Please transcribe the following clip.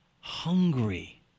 Hungry